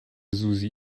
susi